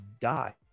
die